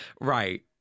Right